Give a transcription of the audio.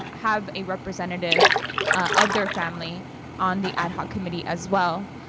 have a representative of their family on the ad hoc committee as well.